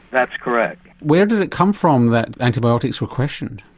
that's correct. where did it come from that antibiotics were questioned?